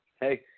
hey